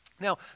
Now